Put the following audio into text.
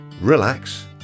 relax